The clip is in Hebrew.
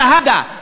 שהאדא,